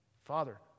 Father